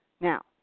Now